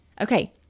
Okay